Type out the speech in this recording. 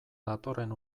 datorren